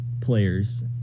players